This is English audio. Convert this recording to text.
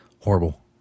Horrible